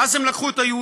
ואז הם לקחו את היהודים,